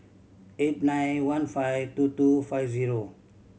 eight nine one five two two five zero